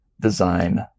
design